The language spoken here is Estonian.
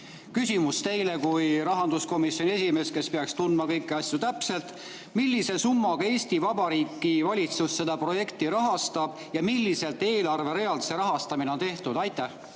Küsimus teile kui rahanduskomisjoni esimehele, kes peaks tundma kõiki asju täpselt: millise summaga Eesti Vabariigi valitsus seda projekti rahastab ja milliselt eelarve realt see rahastamine on ette nähtud? Aitäh,